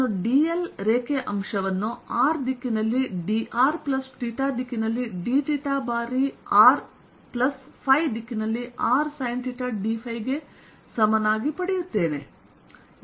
ನಾನು dl ರೇಖೆಯ ಅಂಶವನ್ನು r ದಿಕ್ಕಿನಲ್ಲಿ dr ಪ್ಲಸ್ ದಿಕ್ಕಿನಲ್ಲಿ dθ ಬಾರಿ r ಪ್ಲಸ್ ದಿಕ್ಕಿನಲ್ಲಿ r sinθ dϕ ಗೆ ಸಮನಾಗಿಪಡೆಯುತ್ತೇನೆ